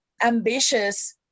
ambitious